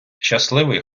щасливий